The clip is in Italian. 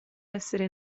essere